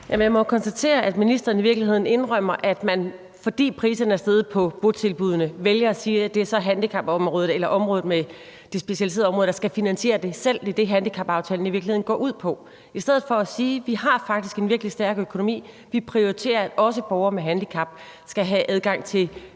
jeg må jo konstatere, at ministeren i virkeligheden indrømmer, at man, fordi priserne er steget på botilbuddene, vælger at sige, at det så er handicapområdet eller det specialiserede område, der skal finansiere det selv. Det er det, handicapaftalen i virkeligheden går ud på, i stedet for at sige: Vi har faktisk en virkelig stærk økonomi; vi prioriterer, at også borgere med handicap skal have adgang til